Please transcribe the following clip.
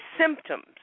symptoms